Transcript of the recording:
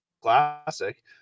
Classic